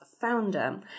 Founder